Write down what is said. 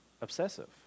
obsessive